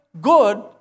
good